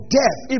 death